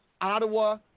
Ottawa